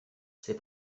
ses